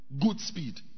Goodspeed